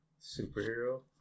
superhero